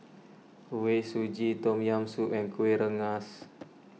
Kuih Suji Tom Yam Soup and Kuih Rengas